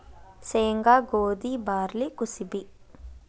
ಸೇಂಗಾ, ಗೋದಿ, ಬಾರ್ಲಿ ಕುಸಿಬಿ